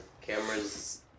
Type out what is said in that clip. cameras